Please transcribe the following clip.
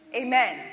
Amen